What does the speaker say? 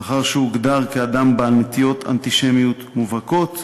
לאחר שהוגדר כאדם בעל נטיות אנטישמיות מובהקות,